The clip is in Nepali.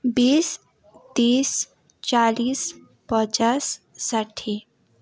बिस तिस चालिस पचास साठी